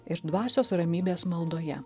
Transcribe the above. ir dvasios ramybės maldoje